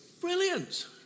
Brilliant